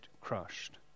crushed